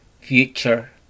future